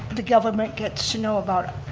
the government gets to know about it.